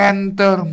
Enter